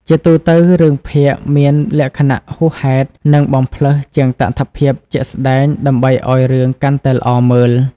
ជាទូទៅ រឿងភាគមានលក្ខណៈហួសហេតុនិងបំផ្លើសជាងតថភាពជាក់ស្តែងដើម្បីឲ្យរឿងកាន់តែល្អមើល។